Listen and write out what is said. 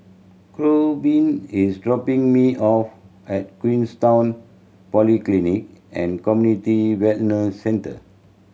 Korbin is dropping me off at Queenstown Polyclinic and Community Wellness Centre